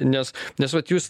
nes nes vat jūs